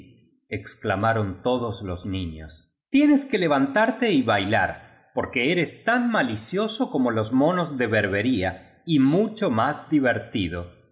síexclamaron todos los niños tienes que levantarte y bailar porque eres tan malicioso como los monos de berbe ría y ruucho más divertido pero